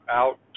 out